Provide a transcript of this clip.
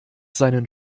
seinen